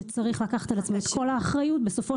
שצריך לקחת על עצמו את כל האחריות בסופו